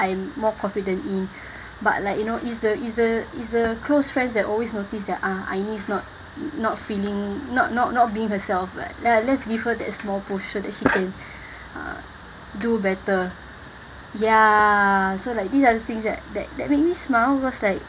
I'm more confident in but like you know is the is the is the close friends that always notice that ah aime's not not feeling not not not being herself but ya let's give her that small push so that she can uh do better ya so like these are the things that that that makes me smile cause like